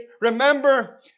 Remember